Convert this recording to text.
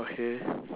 okay